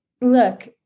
look